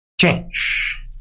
change